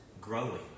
growing